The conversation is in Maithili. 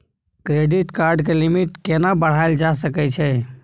क्रेडिट कार्ड के लिमिट केना बढायल जा सकै छै?